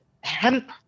hemp